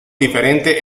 diferente